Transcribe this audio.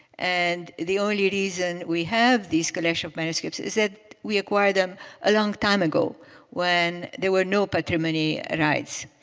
and the only reason we have this collection of manuscripts is that we acquired them a long time ago when there were no patrimony rights.